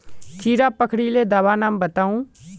कीड़ा पकरिले दाबा नाम बाताउ?